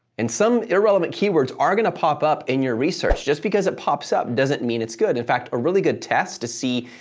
and some irrelevant keywords are gonna pop up in your research. just because it pops up, doesn't mean it's good. in fact, a really good test to see,